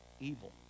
evil